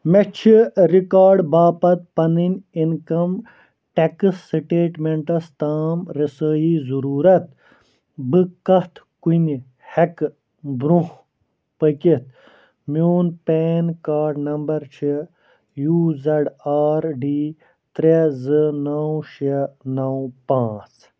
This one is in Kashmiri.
مےٚ چھ ریکارڈ باپتھ پنٕنۍ اِنکم ٹیکس سِٹیٹمٮ۪نٹس تام رسٲیی ضروٗرت بہٕ کتھ کُنہِ ہؠکہٕ برٛونٛہہ پٔکِتھ میٛون پین کارڈ نمبر چھُ یوٗ زیڈ آر ڈی ترٛےٚ زٕ نو شےٚ نو پانٛژھ